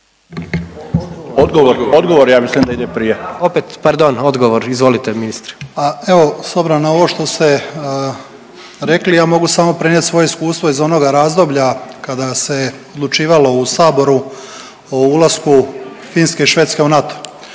odgovor ja mislim da ide prije./… Opet, pardon, odgovor. Izvolite ministre. **Banožić, Mario (HDZ)** Pa evo s obzirom na ovo što ste rekli ja mogu samo prenijeti svoje iskustvo iz onoga razdoblja kada se odlučivalo u saboru o ulasku Finske i Švedske u NATO.